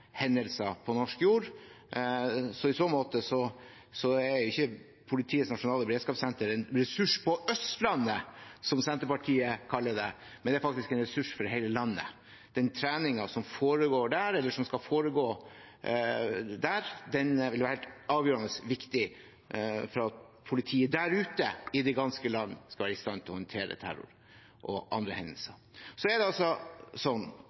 hendelser på norsk jord. I så måte er ikke Politiets nasjonale beredskapssenter en ressurs på Østlandet, som Senterpartiet kaller det, men det er faktisk en ressurs for hele landet. Den treningen som foregår eller skal foregå der, vil være helt avgjørende viktig for at politiet der ute i det ganske land skal være i stand til å håndtere terror og andre hendelser. Jeg er for så vidt ikke uenig i en del av de problemstillingene som dras opp. Det